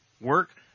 work